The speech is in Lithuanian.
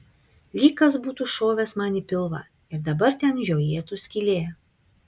lyg kas būtų šovęs man į pilvą ir dabar ten žiojėtų skylė